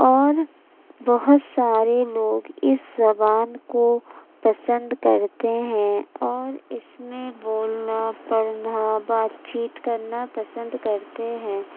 اور بہت سارے لوگ اس زبان کو پسند کرتے ہیں اور اس میں بولنا پڑھنا بات چیت کرنا پسند کرتے ہیں